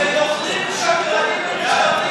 גברתי סגנית מזכירת הכנסת.